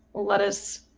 lettuce,